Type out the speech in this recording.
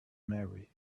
marry